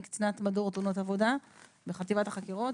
קצינת מדור תאונות עבודה בחטיבת החקירות.